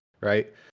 right